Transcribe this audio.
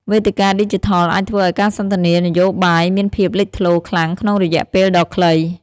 វេទិកាឌីជីថលអាចធ្វើឱ្យការសន្ទនានយោបាយមានភាពលេចធ្លោខ្លាំងក្នុងរយៈពេលដ៏ខ្លី។